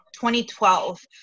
2012